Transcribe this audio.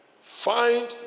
find